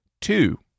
two